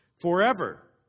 forever